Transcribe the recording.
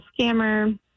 scammer